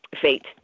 fate